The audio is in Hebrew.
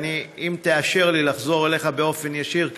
ואם תאשר לי לחזור אליך באופן ישיר,